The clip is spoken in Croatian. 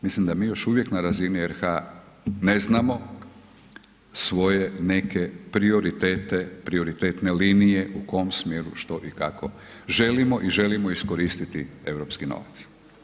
Mislim da mi još na razini RH ne znamo svoje neke prioritete, prioritetne linije u kom smjeru, što i kako želimo i želimo iskoristiti europski novac.